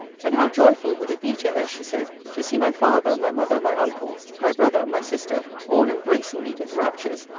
and how joyful would it be to her, she said, to see my father, my mother, my uncles, my brother, my sister, all embracing me with raptures,